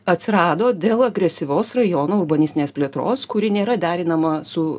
atsirado dėl agresyvios rajono urbanistinės plėtros kuri nėra derinama su